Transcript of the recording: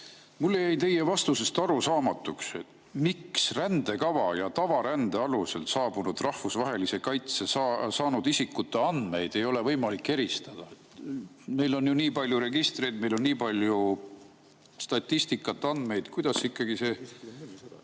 Mulle jäi teie vastusest arusaamatuks, miks rändekava ja tavarände alusel saabunud rahvusvahelise kaitse saanud isikute andmeid ei ole võimalik eristada. Meil on ju nii palju registreid, meil on nii palju statistikat ja andmeid. Kuidas ikkagi see